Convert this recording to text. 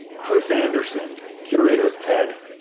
chris anderson. curator of ted.